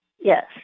Yes